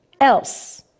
else